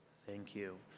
thank you.